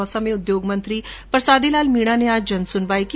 दौसा में उद्योग मंत्री परसादीलाल मीणा ने आज जनसुनवाई की